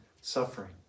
suffering